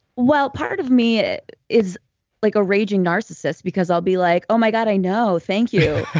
well, part of me is like a raging narcissist because i'll be like, oh my god, i know. thank you.